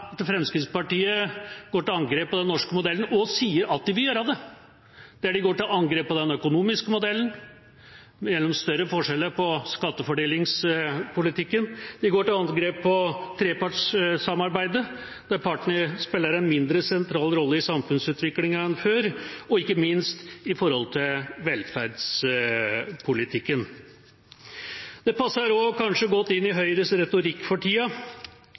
at Fremskrittspartiet går til angrep på den norske modellen – og sier at de vil gjøre det. De går til angrep på den økonomiske modellen gjennom større forskjeller i skattefordelingspolitikken, de går til angrep på trepartssamarbeidet, der partene spiller en mindre sentral rolle i samfunnsutviklingen enn før, og ikke minst på velferdspolitikken. Det passer kanskje også godt inn i Høyres retorikk for tida